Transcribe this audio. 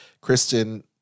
Kristen